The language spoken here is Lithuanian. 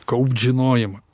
kaupt žinojimą